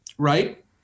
right